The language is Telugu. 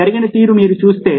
జరిగిన తీరు మీరు చూస్తే